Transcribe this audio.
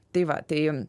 tai va tai